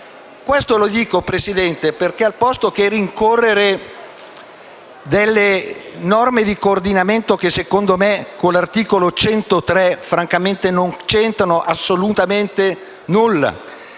questo, Presidente, perché invece che rincorrere norme di coordinamento che, secondo me, con l'articolo 103 francamente non centrano assolutamente nulla,